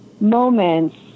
moments